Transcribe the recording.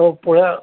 हो पोळ्या